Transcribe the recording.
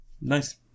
Nice